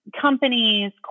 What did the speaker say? companies